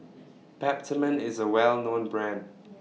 Peptamen IS A Well known Brand